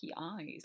eyes